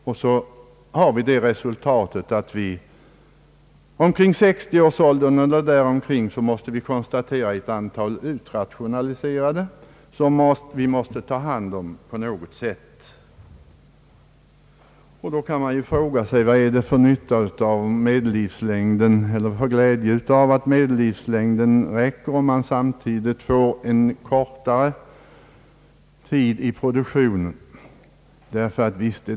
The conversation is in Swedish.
Resultatet blir att ett stort antal människor utrationaliseras vid omkring 60 års ålder, och dem måste vi ta hand om på något sätt. Då kan man fråga sig vad det är för glädje med att medellivslängden ökar om man samtidigt får en kortare tid i produktionen.